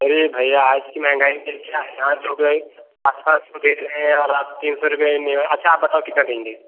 अरे भैया आज की महंगाई और आप तीन सौ रुपये में अच्छा आप बताओ कितना देंगे